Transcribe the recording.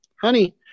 honey